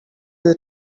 you